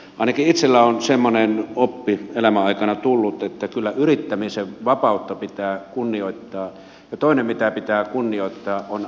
ainakin itselleni on semmoinen oppi elämän aikana tullut että kyllä yrittämisen vapautta pitää kunnioittaa ja toinen mitä pitää kunnioittaa on asiakkaiden tahto